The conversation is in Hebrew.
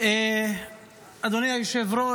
אדוני היושב-ראש,